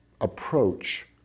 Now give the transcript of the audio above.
approach